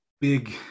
big